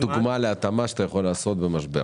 תן לי דוגמה להתאמה שאתה יכול לעשות במשבר.